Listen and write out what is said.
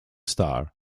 star